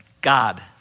God